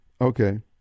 okay